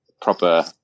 proper